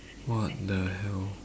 what the hell